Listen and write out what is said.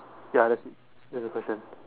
ya that's it that's the question